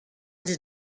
did